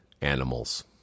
animals